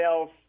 else